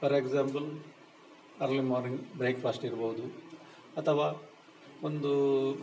for example early morning breakfast ಇರ್ಬೋದು ಅಥವಾ ಒಂದು